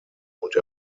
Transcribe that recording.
und